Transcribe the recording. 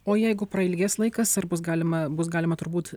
o jeigu prailgės laikas ar bus galima bus galima turbūt